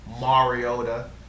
Mariota